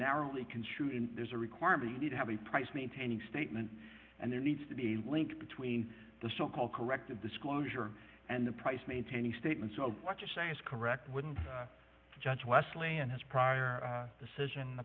narrowly construed there's a requirement you need to have a price maintaining statement and there needs to be a link between the so called corrective disclosure and the price maintaining statement so what you're saying is correct wouldn't judge wesley and his prior decision